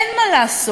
אין מה לעשות,